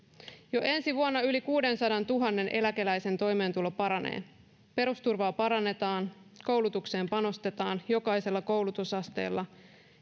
jo ensi vuonna yli kuudensadantuhannen eläkeläisen toimeentulo paranee perusturvaa parannetaan koulutukseen panostetaan jokaisella koulutusasteella